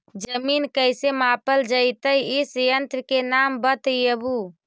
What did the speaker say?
जमीन कैसे मापल जयतय इस यन्त्र के नाम बतयबु?